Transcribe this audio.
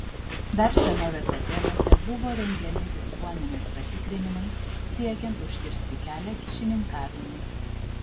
dar senovės atėnuose buvo rengiami visuomenės patikrinimai siekiant užkirsti kelią kyšininkavimui